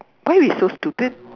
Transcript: why we so stupid